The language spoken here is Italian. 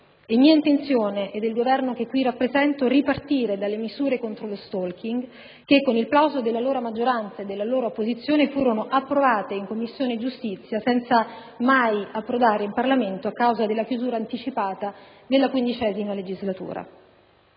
È mia intenzione, e del Governo che qui rappresento, ripartire dalle misure contro lo *stalking* che, con il plauso dell'allora maggioranza e dell'allora opposizione, furono approvate in Commissione giustizia senza mai però approdare in Aula, a causa della chiusura anticipata della XV legislatura.